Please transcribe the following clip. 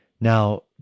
Now